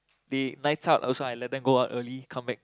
they nights out I also let them go out early come back